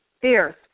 fierce